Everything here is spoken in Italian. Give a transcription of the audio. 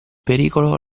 pericolo